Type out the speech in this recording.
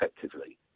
effectively